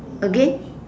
again